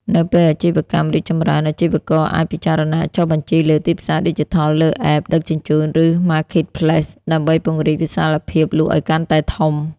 នៅពេលអាជីវកម្មរីកចម្រើន អាជីវករអាចពិចារណាចុះបញ្ជីលើ ទីផ្សារឌីជីថល លើ App ដឹកជញ្ជូន ឬ Marketplace ដើម្បីពង្រីកវិសាលភាពលក់ឱ្យកាន់តែធំ។